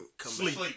Sleep